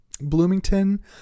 Bloomington